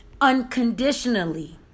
unconditionally